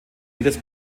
jedes